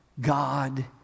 god